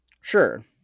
Sure